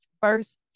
first